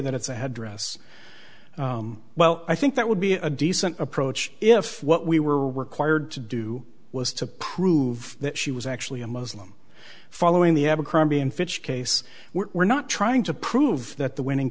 that it's a headdress well i think that would be a decent approach if what we were required to do was to prove that she was actually a muslim following the abercrombie and fitch case we're not trying to prove that the winning